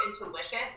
intuition